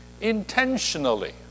intentionally